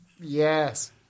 Yes